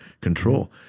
control